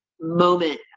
moment